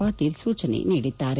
ಪಾಟೀಲ್ ಸೂಚನೆ ನೀಡಿದ್ದಾರೆ